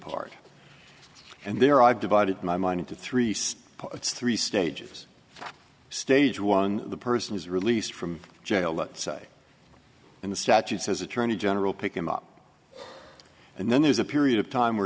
part and there i've divided my mind into three states it's three stages stage one the person is released from jail let's say in the statute says attorney general pick him up and then there's a period of time where